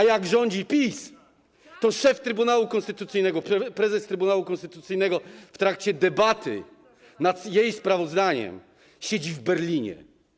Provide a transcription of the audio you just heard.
A jak rządzi PiS, to szef Trybunału Konstytucyjnego, prezes Trybunału Konstytucyjnego w trakcie debaty nad jej sprawozdaniem siedzi w Berlinie.